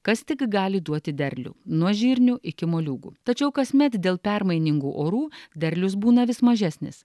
kas tik gali duoti derlių nuo žirnių iki moliūgų tačiau kasmet dėl permainingų orų derlius būna vis mažesnis